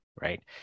right